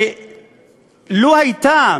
שלו הייתה